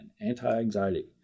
anti-anxiety